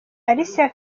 alicia